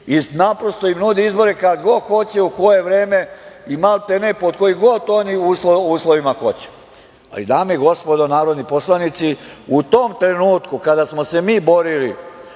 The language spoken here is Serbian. i naprosto im nudi izbore kada god hoće, u koje vreme i maltene pod kojim god oni uslovima hoće. Ali, dame i gospodo narodni poslanici, u tom trenutku, kada smo se mi borili